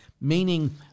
meaning